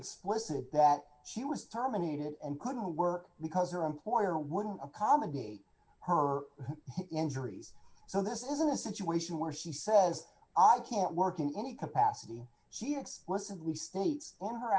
explicit that she was terminated and couldn't work because her employer wouldn't accommodate her injuries so this isn't a situation where she says i can't working any capacity she explicitly states on her